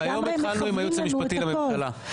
היום התחלנו עם הייעוץ המשפטי לממשלה.